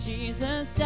Jesus